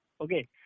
okay